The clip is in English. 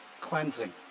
cleansing